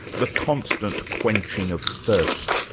the constant quenching of thirst,